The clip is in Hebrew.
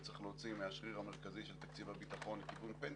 וצריך להוציא מהשריר המרכזי של תקציב הביטחון לכיוון פנסיות,